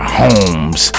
homes